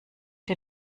der